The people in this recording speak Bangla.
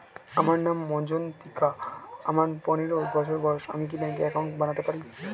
আমার নাম মজ্ঝন্তিকা, আমার পনেরো বছর বয়স, আমি কি ব্যঙ্কে একাউন্ট বানাতে পারি?